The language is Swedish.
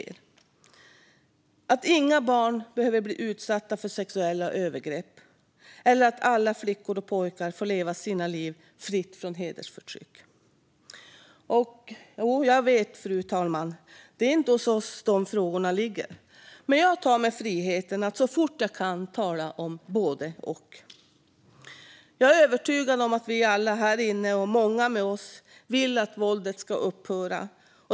Hur ska vi göra så att inga barn behöver bli utsatta för sexuella övergrepp? Hur ska vi göra så att alla flickor och pojkar får leva sina liv fritt från hedersförtryck? Jo, jag vet, fru talman, att det inte är hos oss de frågorna ligger, men jag tar mig friheten att så fort jag kan tala om både och. Jag är övertygad om att vi alla här inne, och många med oss, vill att våldet ska upphöra.